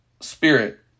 spirit